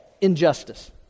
injustice